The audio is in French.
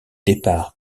départ